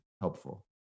helpful